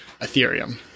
Ethereum